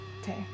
Okay